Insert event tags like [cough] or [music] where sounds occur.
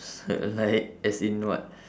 [noise] uh like as in what